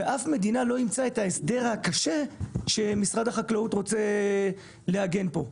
ואף מדינה לא אימצה את ההסדר הקשה שמשרד החקלאות רוצה להגן פה.